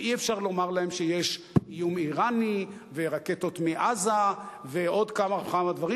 ואי-אפשר לומר שיש איום אירני ורקטות מעזה ועוד כמה וכמה דברים,